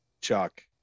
Chuck